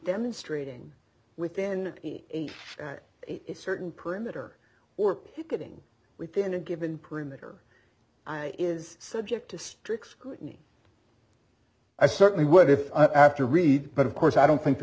demonstrating within a certain perimeter or picketing within a given perimeter i is subject to strict scrutiny i certainly would if after a read but of course i don't think the